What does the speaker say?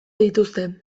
dituzte